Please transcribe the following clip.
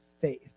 faith